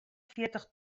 fjirtich